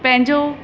पंहिंजो